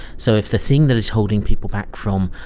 so if the thing that is holding people back from,